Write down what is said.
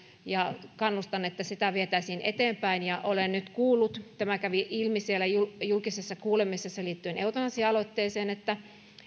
ja kannustan että sitä vietäisiin eteenpäin ja olen nyt kuullut tämä kävi ilmi siellä julkisessa kuulemisessa liittyen eutanasia aloitteeseen että